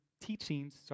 teachings